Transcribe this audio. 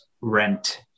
rent